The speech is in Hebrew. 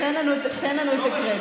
זה, תן לנו את הקרדיט.